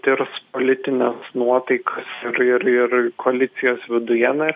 tirs politines nuotaikas ir ir ir koalicijos viduje na